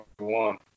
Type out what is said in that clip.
One